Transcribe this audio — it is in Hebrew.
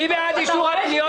מי בעד אישור הפניות?